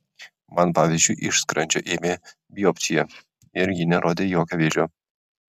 man pavyzdžiui iš skrandžio ėmė biopsiją ir ji nerodė jokio vėžio